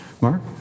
Mark